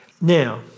Now